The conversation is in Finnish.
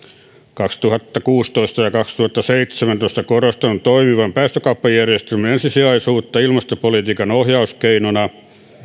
kaksituhattakuusitoista ja kaksituhattaseitsemäntoista korostanut toimivan päästökauppajärjestelmän ensisijaisuutta ilmastopolitiikan ohjauskeinona päästöoikeuksien